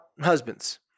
husbands